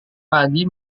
pagi